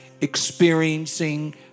experiencing